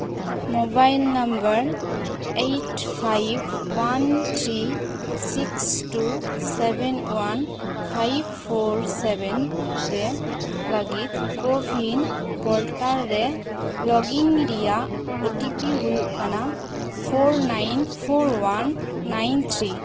mobile number eight five one three six two seven one five four seven ᱨᱮ ᱞᱟᱹᱜᱤᱫ CoWIN portal ᱨᱮ log in ᱨᱮᱭᱟᱜ O T P ᱦᱩᱭᱩᱜ ᱠᱟᱱᱟ for nine four one nine three